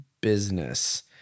business